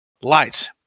Lights